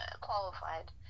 qualified